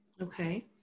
Okay